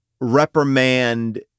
reprimand